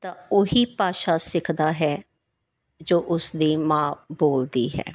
ਤਾਂ ਉਹੀ ਭਾਸ਼ਾ ਸਿੱਖਦਾ ਹੈ ਜੋ ਉਸਦੀ ਮਾਂ ਬੋਲਦੀ ਹੈ